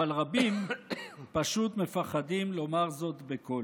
אבל רבים פשוט מפחדים לומר זאת בקול.